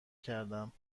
کردم